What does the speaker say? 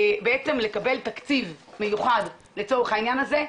לקבל תקציב מיוחד לצורך העניין הזה,